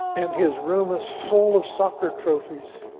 and his room is full of soccer trophies